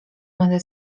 będę